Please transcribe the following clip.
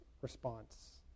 response